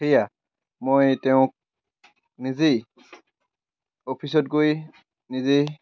সেয়া মই তেওঁক নিজেই অফিচত গৈ নিজেই